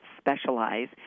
specialize